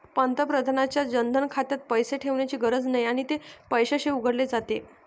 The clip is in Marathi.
पंतप्रधानांच्या जनधन खात्यात पैसे ठेवण्याची गरज नाही आणि ते पैशाशिवाय उघडले जाते